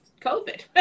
COVID